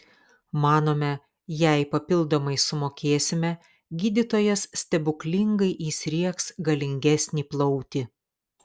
manome jei papildomai sumokėsime gydytojas stebuklingai įsriegs galingesnį plautį